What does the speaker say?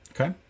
Okay